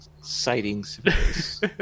sightings